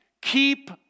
keep